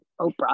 Oprah